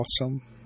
awesome